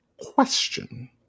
Question